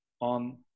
on